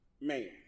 man